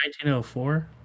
1904